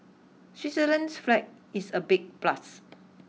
Switzerland's flag is a big plus